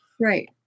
Right